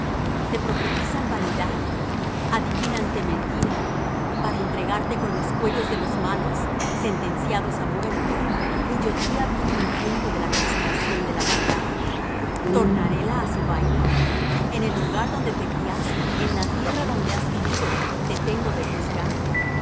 te profetizan vanidad adivínante mentira para entregarte con los cuellos de los malos sentenciados á muerte cuyo día vino en tiempo de la consumación de la maldad tornaréla á su vaina en el lugar donde te criaste en la tierra donde has vivido te tengo de juzgar